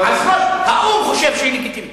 האו"ם חושב שהיא לגיטימית.